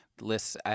lists